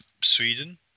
Sweden